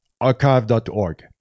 archive.org